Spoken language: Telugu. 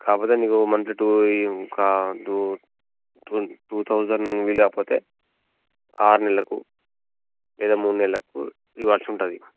కాకపోతే నీకు monthly two two two thousand వీలుకాకపోతే ఆరు నెలలకు లేదా మూడు నెలలకు ఇవ్వాల్సి ఉంటుంది